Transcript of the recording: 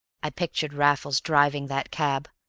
i pictured raffles driving that cab,